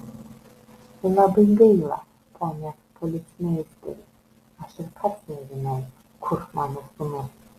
labai gaila pone policmeisteri aš ir pats nežinau kur mano sūnus